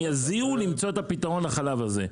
הם יזיעו למצוא את הפתרון לחלב הזה.